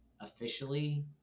officially